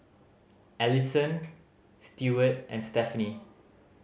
Allisson Stewart and Stephanie